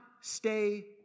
stay